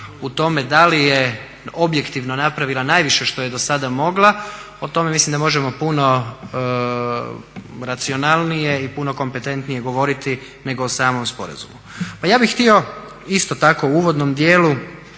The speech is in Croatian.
u tome da li je objektivno napravila najviše što je dosada mogla, o tome mislim da možemo puno racionalnije i puno kompetentnije govoriti nego o samom sporazumu. Pa ja bih htio isto tako u uvodnom dijelu